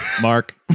Mark